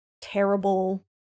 terrible